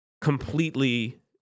completely